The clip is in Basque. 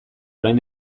orain